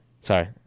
Sorry